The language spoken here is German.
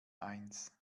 eins